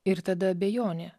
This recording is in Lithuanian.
ir tada abejonė